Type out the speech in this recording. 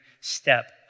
step